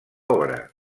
obra